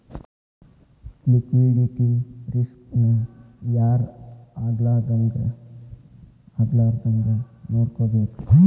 Liquidity risk ನ ಯಾರ್ ಆಗ್ಲಾರ್ದಂಗ್ ನೊಡ್ಕೊಬೇಕು?